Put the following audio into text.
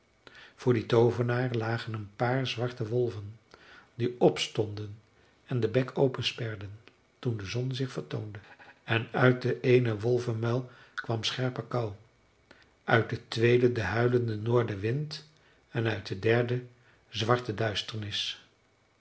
voor dien toovenaar lagen een paar zwarte wolven die opstonden en den bek opensperden toen de zon zich vertoonde en uit den eenen wolvenmuil kwam scherpe kou uit den tweeden de huilende noordenwind en uit den derden zwarte duisternis